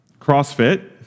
CrossFit